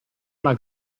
alla